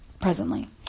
presently